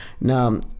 Now